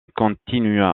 continue